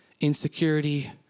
insecurity